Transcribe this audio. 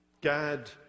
Gad